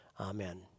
Amen